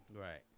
Right